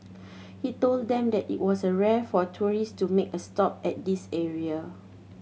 he told them that it was a rare for tourist to make a stop at this area